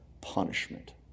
punishment